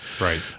Right